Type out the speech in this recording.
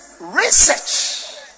research